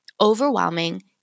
overwhelming